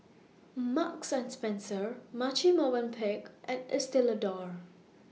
Marks and Spencer Marche Movenpick and Estee Lauder